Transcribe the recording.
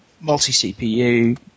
multi-CPU